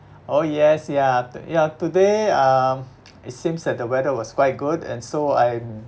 oh yes ya ya today um it seems that the weather was quite good and so I'm